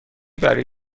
برای